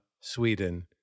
Sweden